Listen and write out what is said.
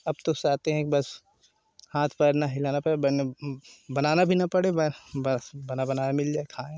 अब तो चाहते है कि बस हाथ पैर ना हिलाना पड़े बन बनाना भी ना पड़े बा बस बना बनाया मिल जाए खाए